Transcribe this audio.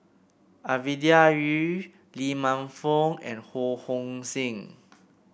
Ovidia Yu Lee Man Fong and Ho Hong Sing